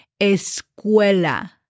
Escuela